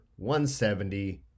170